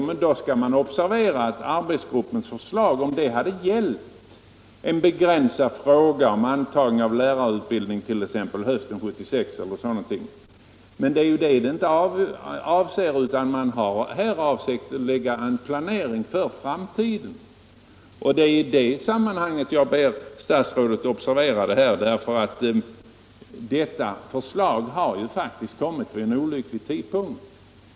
Men då skall man observera att arbetsgruppens förslag inte gäller en begränsad fråga — antagning till lärarutbildning hösten 1976 eller någonting sådant — utan man avser här en planering för framtiden. Det är i det sammanhanget jag ber statsrådet observera dessa förhållanden, för det här förslaget har ju faktiskt kommit vid en olycklig tidpunkt.